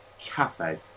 cafe